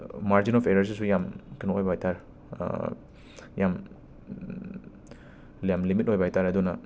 margin of ꯑꯦꯔꯔꯁꯤꯁꯨ ꯌꯥꯝꯅ ꯀꯦꯅꯣ ꯑꯣꯏꯕ ꯍꯥꯏꯇꯥꯔꯦ ꯌꯥꯝꯅ ꯂꯦꯝ ꯂꯤꯃꯤꯠ ꯑꯣꯏꯕ ꯍꯥꯏꯇꯥꯔꯦ ꯑꯗꯨꯅ